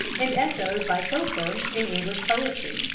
and echoed by cowper in english poetry,